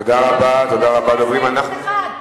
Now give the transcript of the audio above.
בגלל 1701,